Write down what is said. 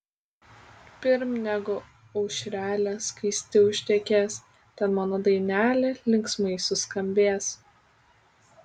pirm negu aušrelė skaisti užtekės ten mano dainelė linksmai suskambės